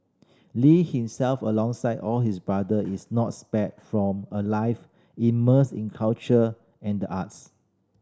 Lee himself alongside all his brother is not spared from a life immersed in culture and the arts